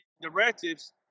Directives